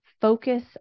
focus